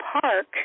Park